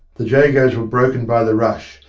the jagos were broken by the rush,